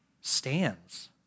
stands